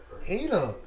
hater